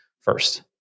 first